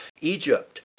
Egypt